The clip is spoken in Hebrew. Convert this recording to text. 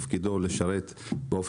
תפקידו של מערך הכוננות הוא לשרת באופן